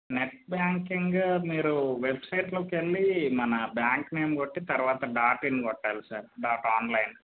net banking మీరు వెబ్సైట్లోకి వెళ్ళి మన బ్యాంక్ నేమ్ కొట్టి తరువాత డాట్ ఇన్ కొట్టాలి సార్ డాట్ ఆన్లైన్